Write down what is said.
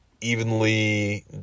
evenly